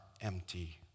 empty